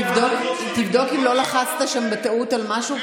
תבדוק אם לא לחצת שם בטעות על משהו,